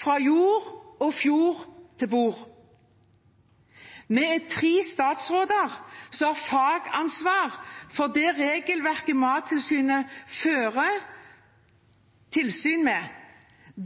fra jord og fjord til bord. Vi er tre statsråder som har fagansvar for det regelverket Mattilsynet fører tilsyn med.